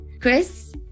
Chris